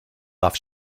off